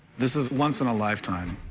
this is once in a lifetime.